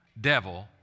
devil